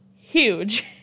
huge